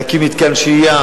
להקים מתקן שהייה